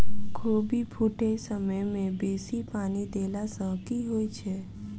कोबी फूटै समय मे बेसी पानि देला सऽ की होइ छै?